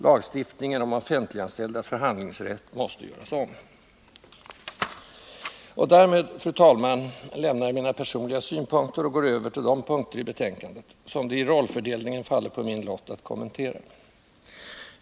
Lagstiftningen om offentliganställdas förhandlingsrätt måste göras om. Och därmed, fru talman, lämnar jag mina personliga synpunkter och går över till de punkter i betänkandet som det i rollfördelningen fallit på min lott att kommentera.